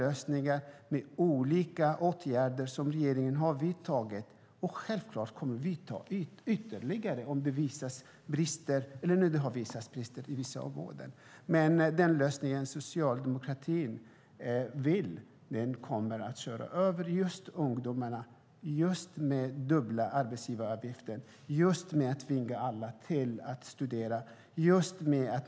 Regeringen har vidtagit olika åtgärder, och man kommer självfallet att vidta ytterligare åtgärder om det visar sig att det finns brister på vissa områden. Den lösning som socialdemokratin har innebär att man kör över ungdomarna med dubbla arbetsgivaravgifter och tvingar alla att studera.